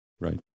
Right